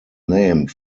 named